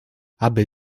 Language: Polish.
aby